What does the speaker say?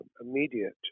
immediate